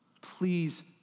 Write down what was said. please